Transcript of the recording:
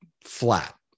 flat